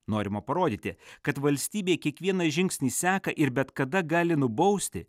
norima parodyti kad valstybė kiekvieną žingsnį seka ir bet kada gali nubausti